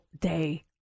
day